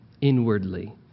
inwardly